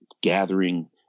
gathering